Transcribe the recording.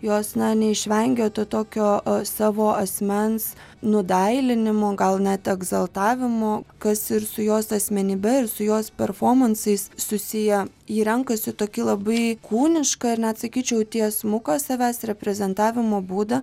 jos neišvengia to tokio savo asmens nudailinimo gal net egzaltavimo kas ir su jos asmenybe ir su jos performansais susiję ji renkasi tokį labai kūnišką ir net sakyčiau tiesmuką savęs reprezentavimo būdą